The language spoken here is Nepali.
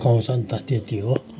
खुवाउँछ नि त त्यति हो